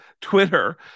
Twitter